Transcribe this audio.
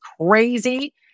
crazy